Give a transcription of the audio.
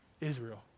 Israel